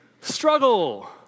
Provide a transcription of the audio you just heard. Struggle